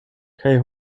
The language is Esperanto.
kaj